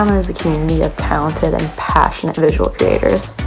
um is a community of talented and passionate individual creators.